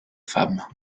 femmes